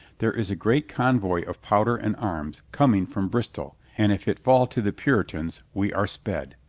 there is a great convoy of powder and arms coming from bristol and if it fall to the puritans we are sped.